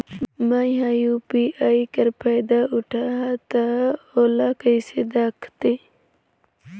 मैं ह यू.पी.आई कर फायदा उठाहा ता ओला कइसे दखथे?